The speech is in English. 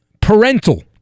parental